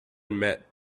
met